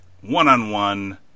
One-on-one